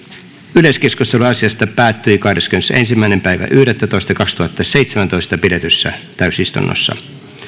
yleiskeskustelu asiasta päättyi kahdeskymmenesensimmäinen yhdettätoista kaksituhattaseitsemäntoista pidetyssä täysistunnossa